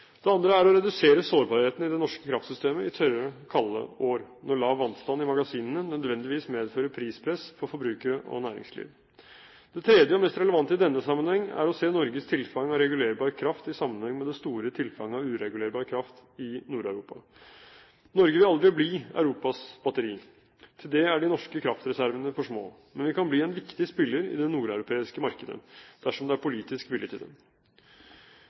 Det andre er å redusere sårbarheten i det norske kraftsystemet i tørre, kalde år, når lav vannstand i magasinene nødvendigvis medfører prispress for forbrukere og næringsliv. Det tredje, og mest relevante i denne sammenheng, er å se Norges tilfang av regulerbar kraft i sammenheng med det store tilfanget av uregulerbar kraft i Nord-Europa. Norge vil aldri bli Europas batteri, til det er de norske kraftreservene for små. Men vi kan bli en viktig spiller i det nordeuropeiske markedet dersom det er politisk vilje til